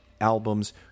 albums